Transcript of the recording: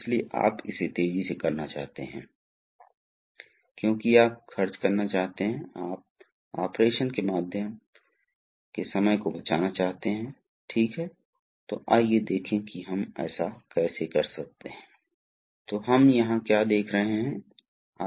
अब आप देखते हैं कि प्लेट है अब आपको प्लेट को देखना चाहिए प्लेट एक कोण पर जुड़ी हुई है θ इसका क्या मतलब है कि हम पंप के मामले को लेते हैं पंप को घुमाया जा रहा है मुख्य प्रस्तावक द्वारा सही है